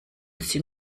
sie